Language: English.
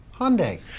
Hyundai